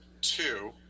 two